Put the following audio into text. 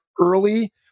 early